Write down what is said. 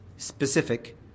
specific